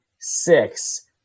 six